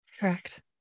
Correct